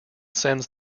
sends